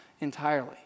entirely